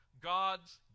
God's